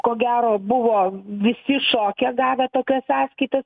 ko gero buvo visi šoke gavę tokias sąskaitas